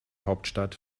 hauptstadt